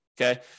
okay